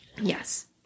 Yes